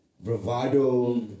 bravado